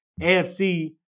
AFC